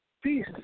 peace